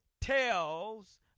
tells